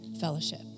fellowship